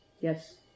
Yes